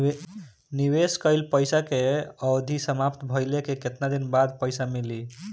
निवेश कइल पइसा के अवधि समाप्त भइले के केतना दिन बाद पइसा मिली?